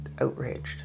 outraged